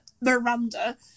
Miranda